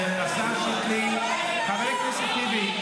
אתה קורא לי "אפס" תומך של חמאס אתה.